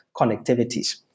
connectivities